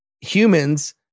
humans